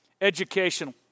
educational